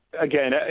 again